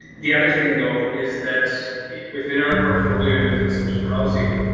the other thing though, is that within our portfolio and within social housing,